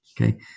Okay